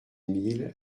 mille